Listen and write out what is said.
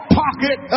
pocket